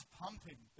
pumping